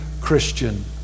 Christian